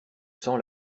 sans